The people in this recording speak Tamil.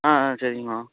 ஆ ஆ சரிங்கம்மா